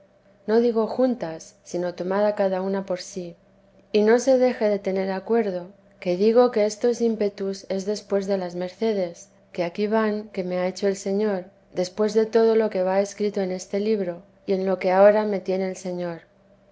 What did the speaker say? no digo juntas sino tomada cada una por sí y no se deje de tener acuerdo que digo que estos ímpetus es después de las mercedes que aquí van que me ha hecho el señor después de todo lo que va escrito en este libro y en lo que ahora me tiene el señor